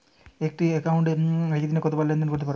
একটি একাউন্টে একদিনে কতবার লেনদেন করতে পারব?